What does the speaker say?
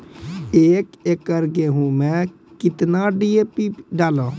एक एकरऽ गेहूँ मैं कितना डी.ए.पी डालो?